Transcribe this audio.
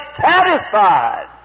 satisfied